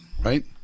Right